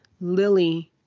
Lily